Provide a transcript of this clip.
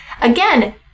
again